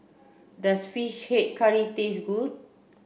does fish head curry taste good